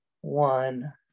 One